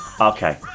Okay